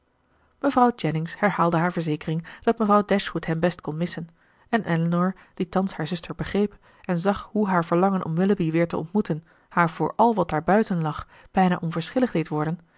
mevrouw jennings herhaalde haar verzekering dat mevrouw dashwood hen best kon missen en elinor die thans haar zuster begreep en zag hoe haar verlangen om willoughby weer te ontmoeten haar voor al wat daar buiten lag bijna onverschillig deed worden